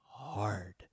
hard